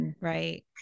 right